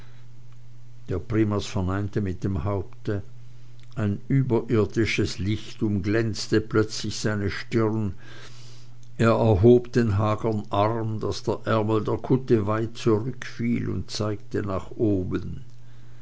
primas verneinte mit dem haupte ein überirdisches licht umglänzte plötzlich seine stirn er erhob den hagern arm daß der ärmel der kutte weit zurückfiel und zeigte nach oben